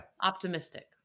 Optimistic